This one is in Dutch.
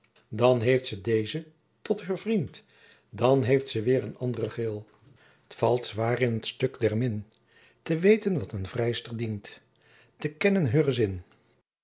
dan heeft ze deuzen tot heur vriend dan heeft ze weer een aôren gril t valt zwaôr in t stuk der min te weten wat een vrijster dient te kennen heuren zin